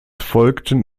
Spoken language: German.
folgten